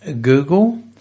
Google